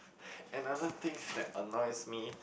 another thing that annoys me